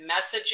messaging